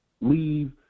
Leave